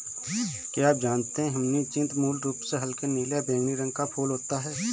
क्या आप जानते है ह्यचीन्थ मूल रूप से हल्के नीले या बैंगनी रंग का फूल होता है